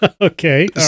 Okay